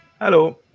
Hello